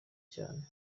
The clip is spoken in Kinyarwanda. cyane